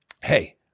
hey